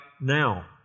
now